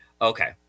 Okay